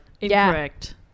Incorrect